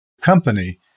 company